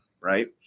right